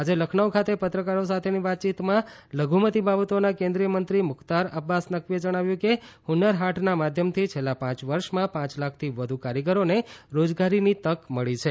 આજે લખનૌ ખાતે પત્રકારો સાથેની વાતચીતમાં લઘુમતી બાબતોના કેન્દ્રિય મંત્રી મુખ્તાર અબ્બાસ નકવીએ જણાવ્યું છે કે હ્ન્નર હાટના માધ્યમથી છેલ્લાં પાંચ વર્ષમાં પાંચ લાખથી વધ્ કારીગરોને રોજગારીની તક મળી છે